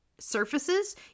surfaces